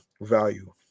value